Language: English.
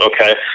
okay